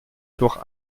durch